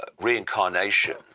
reincarnation